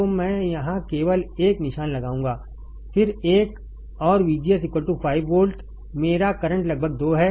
तो मैं यहाँ केवल एक निशान लगाऊंगा फिर एक और VGS 5 वोल्ट मेरा करंट लगभग 2 है